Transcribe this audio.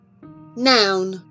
Noun